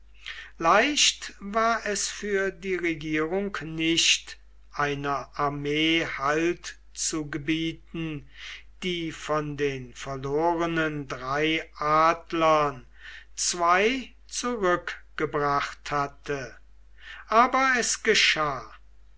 leicht war es für die regierung nicht einer armee halt zu gebieten die von den verlorenen drei adlern zwei zurückgebracht hatte aber es geschah